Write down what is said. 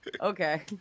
Okay